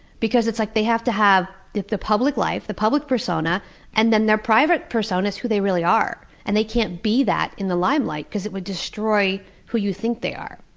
because like they have to have the the public life, the public persona, and then their private persona is who they really are. and they can't be that in the limelight because it would destroy who you think they are.